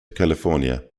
california